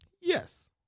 yes